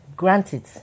Granted